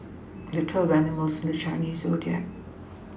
there are twelve animals in the Chinese zodiac